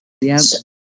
Yes